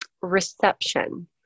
reception